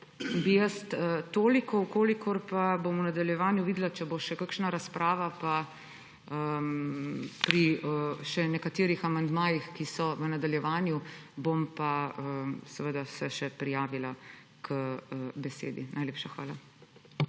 bi jaz toliko. Če pa bom v nadaljevanju videla, če bo še kakšna razprava pri še nekaterih amandmajih, ki so v nadaljevanju, se bom pa seveda še prijavila k besedi. Najlepša hvala.